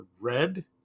red